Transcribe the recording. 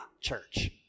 church